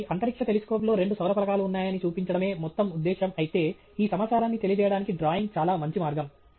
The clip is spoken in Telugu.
కాబట్టి అంతరిక్ష టెలిస్కోప్లో రెండు సౌర ఫలకాలు ఉన్నాయని చూపించడమే మొత్తం ఉద్దేశ్యం అయితే ఈ సమాచారాన్ని తెలియజేయడానికి డ్రాయింగ్ చాలా మంచి మార్గం